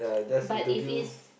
but if it's